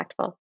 impactful